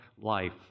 life